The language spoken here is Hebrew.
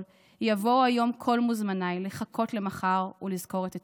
/ יבווא היום כל מוזמניי / לחכות למחר ולזכור את אתמול.